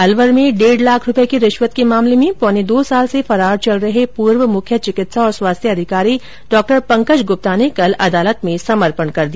अलवर में डेढ़ लाख रूपए की रिश्वत के मामले में पौने दो साल से फरार चल रहे पूर्व मुख्य चिकित्सा और स्वास्थ्य अधिकारी डॉ पंकज गुप्ता ने कल अदालत में समर्पण कर दिया